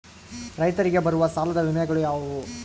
ರೈತರಿಗೆ ಬರುವ ಸಾಲದ ವಿಮೆಗಳು ಯಾವುವು?